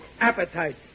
Appetite